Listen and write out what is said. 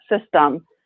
system